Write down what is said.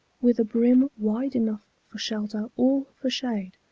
with a brim wide enough for shelter or for shade,